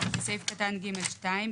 בסעיף קטן (ג)(2),